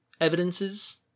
evidences